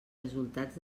resultats